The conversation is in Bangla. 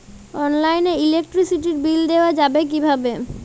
অনলাইনে ইলেকট্রিসিটির বিল দেওয়া যাবে কিভাবে?